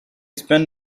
spent